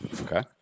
Okay